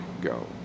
go